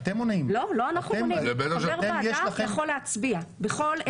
חבר ועדה יכול להצביע בכל עת.